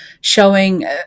showing